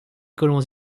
colons